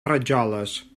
rajoles